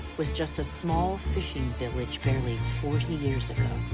was just a small fishing village barely forty years